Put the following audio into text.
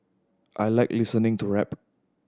I like listening to rap